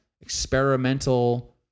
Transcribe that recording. experimental